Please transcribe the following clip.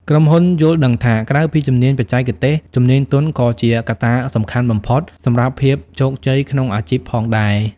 ក្រុមហ៊ុនយល់ដឹងថា ក្រៅពីជំនាញបច្ចេកទេស ជំនាញទន់ក៏ជាកត្តាសំខាន់បំផុតសម្រាប់ភាពជោគជ័យក្នុងអាជីពផងដែរ។